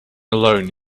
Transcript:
alone